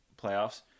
playoffs